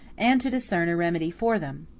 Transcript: and to discern a remedy for them.